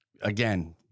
again